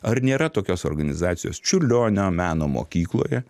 ar nėra tokios organizacijos čiurlionio meno mokykloje